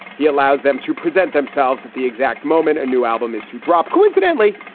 he allows them to present themselves at the exact moment a new album is to drop. coincidentally,